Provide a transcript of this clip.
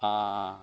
ah